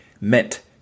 meant